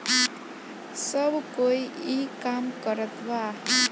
सब कोई ई काम करत बा